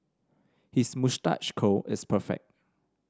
his moustache curl is perfect